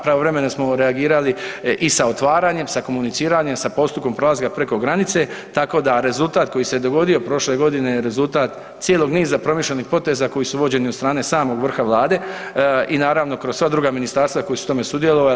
Pravovremeno smo reagirali i sa otvaranjem, sa komuniciranjem, sa postupkom prelaska preko granice tako da rezultat koji se dogodio prošle godine je rezultat cijelog niza promišljenih poteza koji su vođeni od strane samog vrha Vlade i naravno kroz sva druga ministarstva koja su u tome sudjelovali.